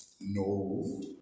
No